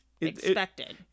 expected